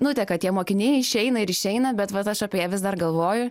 nuteka tie mokiniai išeina ir išeina bet vat aš apie ją vis dar galvoju